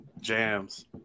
jams